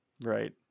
Right